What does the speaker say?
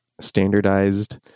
standardized